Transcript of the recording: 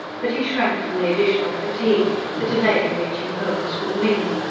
but he shrank from the additional fatigue, the delay in reaching home this would mean.